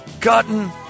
cotton